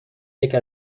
یکی